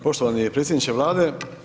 Poštovani predsjedniče Vlade.